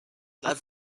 love